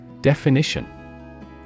Definition